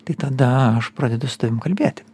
tai tada aš pradedu su tavim kalbėti